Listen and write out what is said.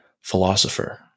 philosopher